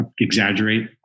exaggerate